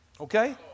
okay